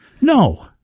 No